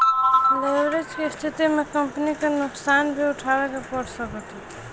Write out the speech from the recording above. leverage के स्थिति में कंपनी के नुकसान भी उठावे के पड़ सकता